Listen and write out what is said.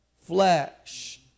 flesh